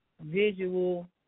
visual